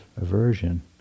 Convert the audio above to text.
aversion